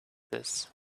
this